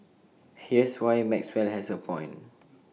here's why Maxwell has A point